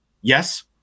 Yes